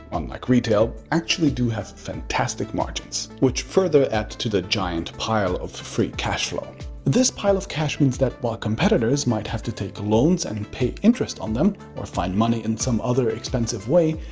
like retail, actually do have fantastic margins, which further add to the giant pile of free cash flow this pile of cash means that, while competitors might have to take loans and pay interest on them or find money in some other expensive way,